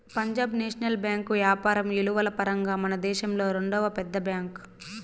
Punjab national bank యాపారం ఇలువల పరంగా మనదేశంలో రెండవ పెద్ద బ్యాంక్